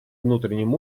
внутреннем